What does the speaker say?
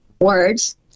words